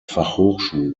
fachhochschule